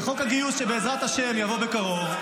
בחוק הגיוס שבעזרת השם יבוא בקרוב,